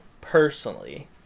personally